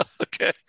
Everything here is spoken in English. Okay